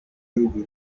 ruguru